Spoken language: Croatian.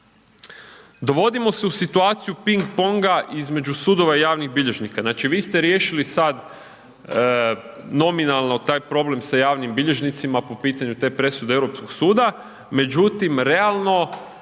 Dovodimo se u situaciju ping ponga između sudova i javnih bilježnika. Znači vi ste riješili sad nominalno taj problem sa javnim bilježnicima po pitanju te presude Europskog suda, međutim realno